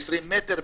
20 מטר,